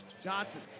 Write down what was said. Johnson